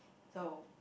so